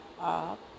up